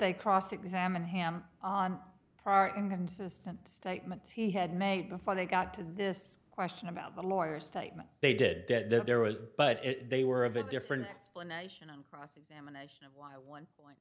they cross examine ham on prior inconsistent statements he had made before they got to this question about the lawyers statement they did that there were but they were of a different explanation on cross examination one wh